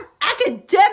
academic